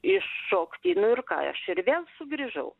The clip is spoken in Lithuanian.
iššokti nu ir ką aš ir vėl sugrįžau